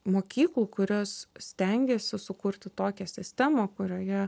mokyklų kurios stengiasi sukurti tokią sistemą kurioje